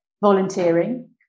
volunteering